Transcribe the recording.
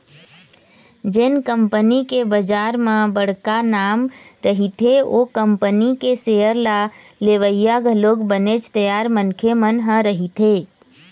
जेन कंपनी के बजार म बड़का नांव रहिथे ओ कंपनी के सेयर ल लेवइया घलोक बनेच तियार मनखे मन ह रहिथे